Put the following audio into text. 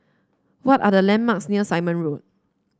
what are the landmarks near Simon Road